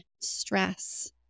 stress